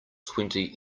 twenty